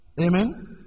Amen